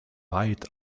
weit